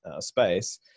space